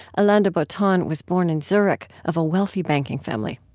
alain de botton was born in zurich of a wealthy banking family